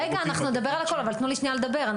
רגע, אנחנו נדבר על הכל, אבל תנו לי שנייה לדבר.